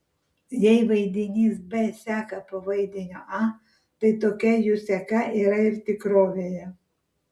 jei vaidinys b seka po vaidinio a tai tokia jų seka yra ir tikrovėje